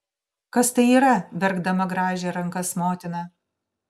kas tai yra verkdama grąžė rankas motina